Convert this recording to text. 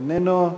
איננו.